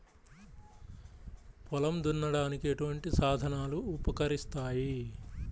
పొలం దున్నడానికి ఎటువంటి సాధనలు ఉపకరిస్తాయి?